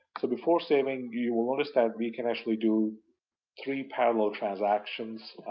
so before saving, you will notice that we can actually do three parallel transactions,